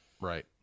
right